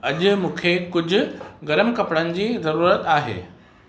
अॼु मूंखे कुझु गरम कपिड़नि जी ज़रूरत आहे